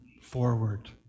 forward